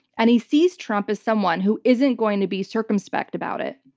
and he sees trump as someone who isn't going to be circumspect about it.